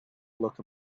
look